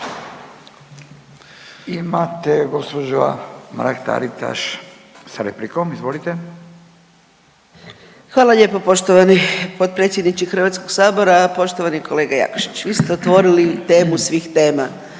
Izvolite. **Mrak-Taritaš, Anka (GLAS)** Hvala lijepo poštovani potpredsjedniče Hrvatskog sabora. Poštovani kolega Jakšić, vi ste otvorili temu svih tema,